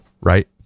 right